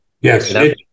Yes